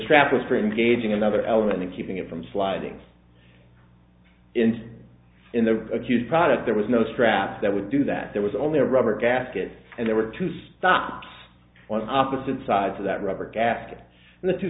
trap of stream gauging another element keeping it from sliding into in the accused product there was no straps that would do that there was only a rubber gasket and there were two stops on opposite sides of that rubber gasket and the two